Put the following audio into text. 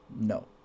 no